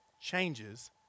changes